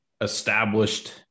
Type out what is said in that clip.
established